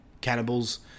Cannibals